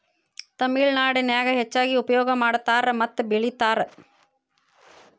ತಮಿಳನಾಡಿನ್ಯಾಗ ಹೆಚ್ಚಾಗಿ ಉಪಯೋಗ ಮಾಡತಾರ ಮತ್ತ ಬೆಳಿತಾರ